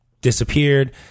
disappeared